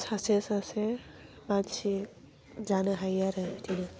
सासे सासे मानसि जानो हायो आरो बिदिनो